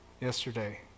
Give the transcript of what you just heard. yesterday